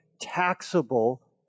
taxable